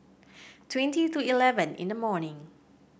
twenty to eleven in the morning